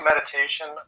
Meditation